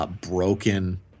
Broken